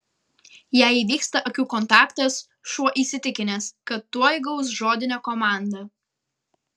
jei įvyksta akių kontaktas šuo įsitikinęs kad tuoj gaus žodinę komandą